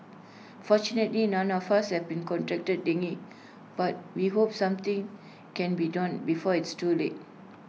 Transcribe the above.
fortunately none of us have contracted but we hope something can be done before it's too late